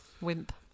Wimp